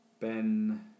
Ben